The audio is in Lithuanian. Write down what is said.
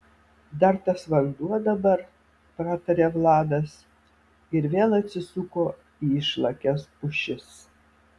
dar tas vanduo dabar pratarė vladas ir vėl atsisuko į išlakias pušis